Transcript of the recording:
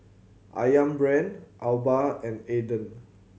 Ayam Brand Alba and Aden